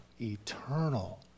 eternal